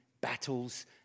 battles